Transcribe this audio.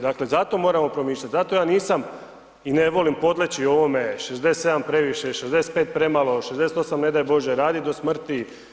Dakle zato moramo promišljati, zato ja nisam i ne volim podleći ovome 67 je previše, 65 premalo, 68 ne daj bože raditi do smrti.